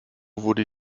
wurde